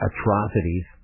atrocities